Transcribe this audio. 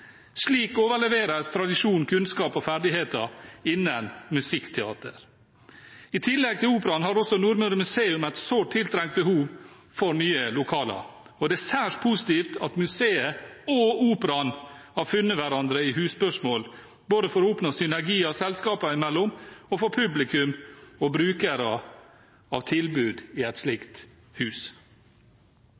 Slik overleveres tradisjon, kunnskap og ferdigheter innen musikkteater. I tillegg til operaen har Nordmøre museum et sårt tiltrengt behov for nye lokaler, og det er særs positivt at museet og operaen har funnet hverandre i husspørsmål, både for å oppnå synergier selskapene imellom og for publikum og brukere av tilbud i et slikt hus.